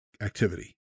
activity